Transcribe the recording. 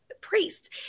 priests